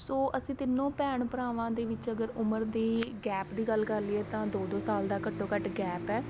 ਸੋ ਅਸੀਂ ਤਿੰਨੋ ਭੈਣ ਭਰਾਵਾਂ ਦੇ ਵਿੱਚ ਅਗਰ ਉਮਰ ਦੀ ਗੈਪ ਦੀ ਗੱਲ ਕਰ ਲਈਏ ਤਾਂ ਦੋ ਦੋ ਸਾਲ ਦਾ ਘੱਟੋੋ ਘੱਟ ਗੈਪ ਹੈ